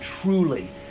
truly